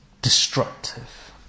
destructive